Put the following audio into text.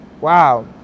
wow